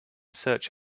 search